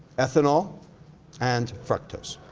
ethanol and fructose.